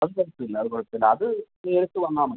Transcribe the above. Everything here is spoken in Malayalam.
അതു കുഴപ്പമില്ല അതു കുഴപ്പമില്ല അതു നേരിട്ട് വന്നാൽമതി